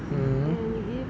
mm